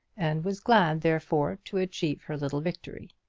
and was glad, therefore, to achieve her little victory.